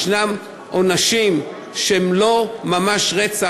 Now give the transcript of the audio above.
יש מעשים שהם לא ממש רצח,